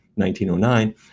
1909